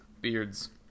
beards